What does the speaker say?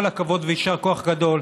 כל הכבוד ויישר כוח גדול.